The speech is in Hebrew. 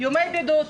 ימי בידוד,